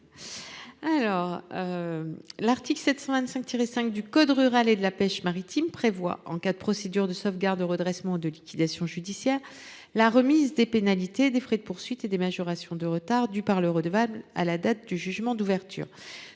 L’article L. 725 5 du code rural et de la pêche maritime prévoit, en cas de procédure de sauvegarde, de redressement ou de liquidation judiciaires, la remise des pénalités, des frais de poursuite et des majorations de retard dues par le redevable à la date du jugement d’ouverture.